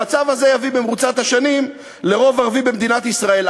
המצב הזה יביא במרוצת השנים לרוב ערבי במדינת ישראל.